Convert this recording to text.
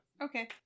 Okay